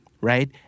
right